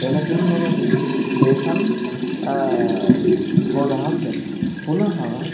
तेन किं भवति तेषां बोधः स्यात् पुनः